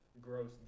gross